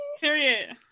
period